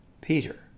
Peter